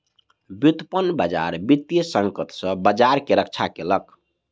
व्युत्पन्न बजार वित्तीय संकट सॅ बजार के रक्षा केलक